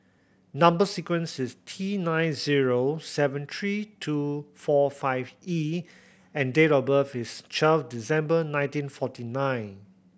number sequence is T nine zero seven three two four five E and date of birth is twelve December nineteen forty nine